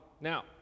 Now